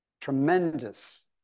tremendous